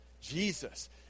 Jesus